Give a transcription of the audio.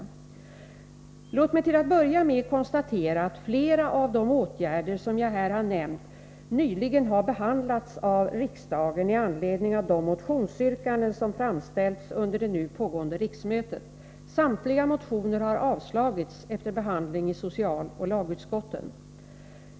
Låt mig till att börja med konstatera att flera av de åtgärder som jag här har nämnt nyligen har behandlats av riksdagen i anledning av de motionsyrkanden som framställts under det nu pågående riksmötet. Samtliga motioner har avslagits efter behandling i socialoch lagutskotten.